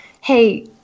hey